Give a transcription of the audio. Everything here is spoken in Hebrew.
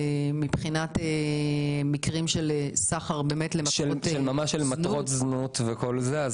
מה מבחינת מקרים של סחר למטרות זנות?